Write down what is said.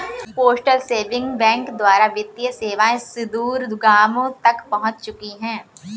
postal saving bank द्वारा वित्तीय सेवाएं सुदूर गाँवों तक पहुंच चुकी हैं